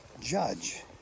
judge